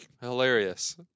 Hilarious